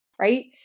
right